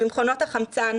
ממכונות החמצן,